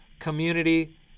community